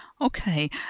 Okay